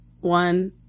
one